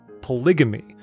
polygamy